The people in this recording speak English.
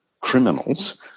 criminals